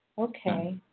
Okay